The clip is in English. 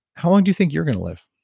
how long do you think you're going to live?